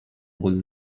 would